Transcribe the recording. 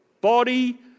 body